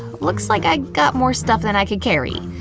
looks like i got more stuff than i could carry.